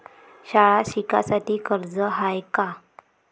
शाळा शिकासाठी कर्ज हाय का?